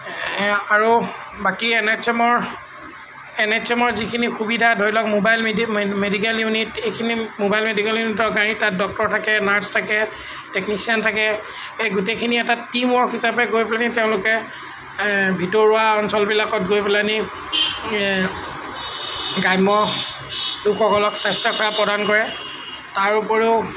আৰু বাকী N H এমৰ এন এইছ এমৰ যিখিনি সুবিধা ধৰি লওক ম'বাইল মেডি মেডিকেল ইউনিট এইখিনি ম'বাইল মেডিকেল ইউনিটৰ গাড়ীত তাত ডক্টৰ থাকে নাৰ্ছ থাকে টেকনিচিয়ান থাকে এই গোটেইখিনি এটা টীম ৱৰ্ক হিচাপে গৈ পেলানি তেওঁলোকে ভিতৰুৱা অঞ্চলবিলাকত গৈ পেলানি গ্ৰাম্য লোকসকলক স্বাস্থ্যসেৱা প্ৰদান কৰে তাৰ উপৰিও